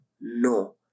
No